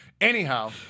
Anyhow